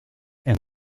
and